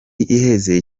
iheze